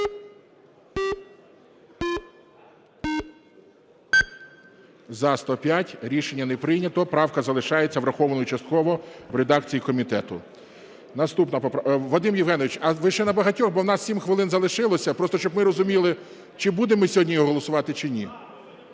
За-105 Рішення не прийнято. Правка залишається врахованою частково в редакції комітету. Вадим Євгенович, а ви ще на багатьох, бо у нас 7 хвилин залишилося? Просто, щоб ми розуміли, чи будемо ми сьогодні його голосувати чи ні.